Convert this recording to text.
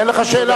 אין לך שאלה?